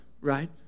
right